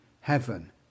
heaven